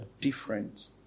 different